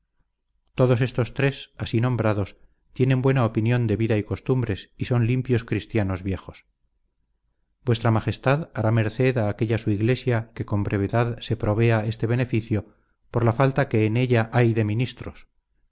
todos estos tres así nombrados tienen buena opinión de vida y costumbres y son limpios christianos viejos vuestra magestad hará mercéd á aquella su yglesia que con breuedad se prouea este beneficio por la falta que en ella ay de ministros